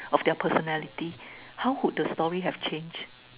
of their personality how would the story have changed